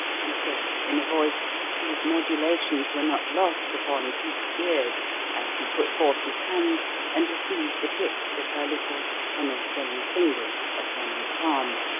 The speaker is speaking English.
she said in a voice whose modulations were not lost upon cleek's ears as he put forth his hand and received the tips of her little, henna-stained fingers upon his palm.